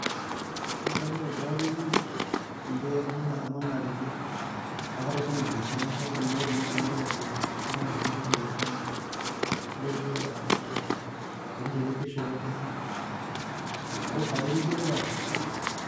حوض Deagied enana حوض el ondae aman ga aman ga ademri بحر laton oliykesa حوض en mole nouge en mole aman ga janga techikesa حوض ken jely ken shogokesa حوض حاجة deagid la dar